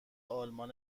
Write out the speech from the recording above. آلمان